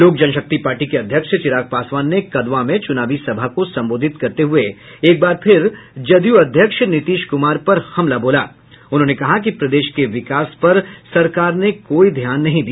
लोक जनशक्ति पार्टी के अध्यक्ष चिराग पासवान ने कदवा में चुनावी सभा को संबोधित करते हुए एक बार फिर जदयू अध्यक्ष नीतीश कुमार पर हमला बोलते हुए कहा कि प्रदेश के विकास पर सरकार ने कोई ध्यान नहीं दिया